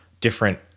different